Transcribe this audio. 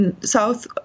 South